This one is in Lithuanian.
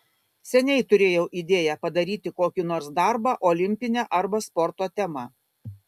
seniai turėjau idėją padaryti kokį nors darbą olimpine arba sporto tema